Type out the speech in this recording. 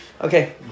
okay